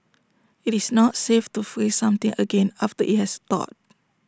IT is not safe to freeze something again after IT has thawed